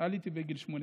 ועליתי בגיל שמונה